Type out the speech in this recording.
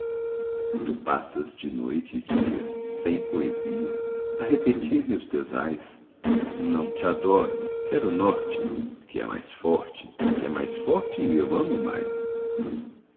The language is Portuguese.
tu passas de noite e dia sem poesia a repetir me os teus ais não te adoro quero o norte que é mais forte que é mais forte e eu amo mais